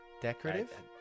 decorative